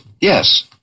Yes